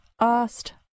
asked